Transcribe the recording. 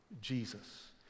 Jesus